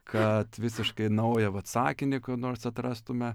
kad visiškai naują vat sakinį kur nors atrastume